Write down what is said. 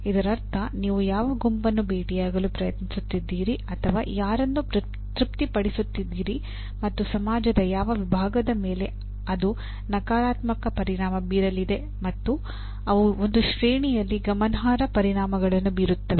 ಇದರರ್ಥ ನೀವು ಯಾವ ಗುಂಪನ್ನು ಭೇಟಿಯಾಗಲು ಪ್ರಯತ್ನಿಸುತ್ತಿದ್ದೀರಿ ಅಥವಾ ಯಾರನ್ನು ತೃಪ್ತಿಪಡಿಸುತ್ತಿದ್ದೀರಿ ಮತ್ತು ಸಮಾಜದ ಯಾವ ವಿಭಾಗದ ಮೇಲೆ ಅದು ನಕಾರಾತ್ಮಕ ಪರಿಣಾಮ ಬೀರಲಿದೆ ಮತ್ತು ಅವು ಒಂದು ಶ್ರೇಣಿಯಲ್ಲಿ ಗಮನಾರ್ಹ ಪರಿಣಾಮಗಳನ್ನು ಬೀರುತ್ತವೆ